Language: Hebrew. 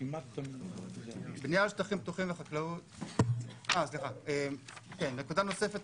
נקודה נוספת,